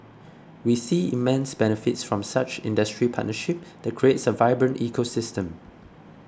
we see immense benefits from such industry partnership that creates a vibrant ecosystem